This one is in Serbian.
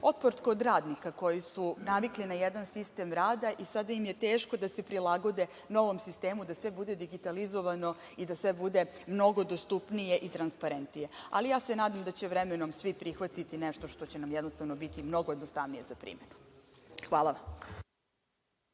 otpor kod radnika koji su navikli na jedan sistem rada i sada im je teško da se prilagode novom sistemu i da sve bude digitalizovano i da sve bude mnogo dostupnije i transparentnije. Ali, ja se nadam da će vremenom svi prihvatiti nešto što će jednostavno biti mnogo jednostavnije za primenu. Hvala